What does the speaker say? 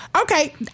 Okay